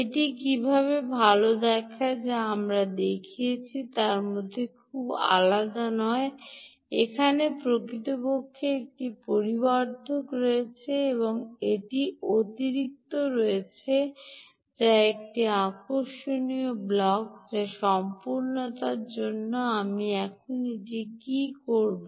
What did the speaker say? এটি কীভাবে ভাল দেখায় যা আমরা দেখিয়েছি তার থেকে খুব আলাদা নয় এখানে প্রকৃতপক্ষে একটি পরিবর্ধক রয়েছে এবং একটি অতিরিক্ত ব্লক রয়েছে যা একটি আকর্ষণীয় ব্লক যা সম্পূর্ণতার জন্য আমি এখন এটি করব